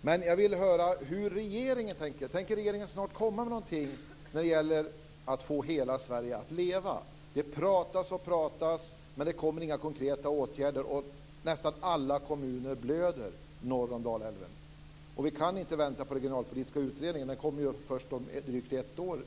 och det är inte en hänvisning till den som jag vill ha. Jag vill höra om regeringen snart tänker komma med något initiativ för att få hela Sverige att leva. Det pratas och pratas, men det kommer inga konkreta åtgärder, och nästan alla kommuner norr om Dalälven blöder. Vi kan inte vänta på Regionalpolitiska utredningen. Dess resultat kommer först om drygt ett år.